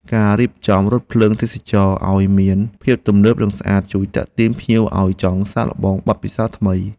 ការរៀបចំរថភ្លើងទេសចរណ៍ឱ្យមានភាពទំនើបនិងស្អាត ជួយទាក់ទាញភ្ញៀវឱ្យចង់សាកល្បងបទពិសោធន៍ថ្មី។